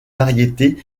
variété